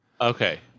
Okay